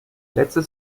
letzten